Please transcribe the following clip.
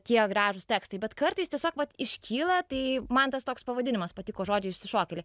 tie gražūs tekstai bet kartais tiesiog vat iškyla tai man tas toks pavadinimas patiko žodžiai išsišokėliai